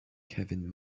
kevin